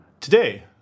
Today